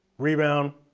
rebound,